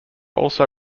also